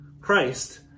Christ